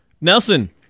Nelson